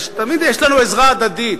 תמיד יש לנו עזרה הדדית.